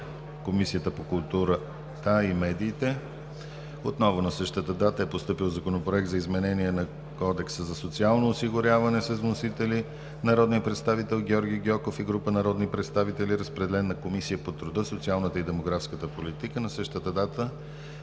Комисията по културата и медиите. Отново на същата дата е постъпил Законопроект за изменение на Кодекса за социално осигуряване. Вносители – Георги Гьоков и група народни представители. Водеща е Комисията по труда, социалната и демографската политика. На същата дата е